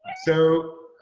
so,